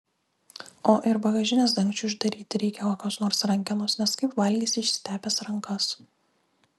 o ir bagažinės dangčiui uždaryti reikia kokios nors rankenos nes kaip valgysi išsitepęs rankas